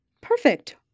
Perfect